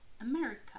america